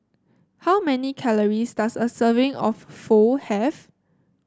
how many calories does a serving of Pho have